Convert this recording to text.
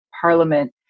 Parliament